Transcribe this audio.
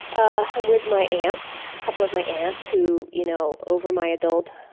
ah i'm with my aunts, a couple of my aunts who, you know, over my adulthood,